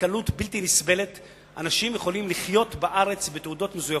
בקלות בלתי נסבלת אנשים יכולים לחיות בארץ בתעודות מזויפות,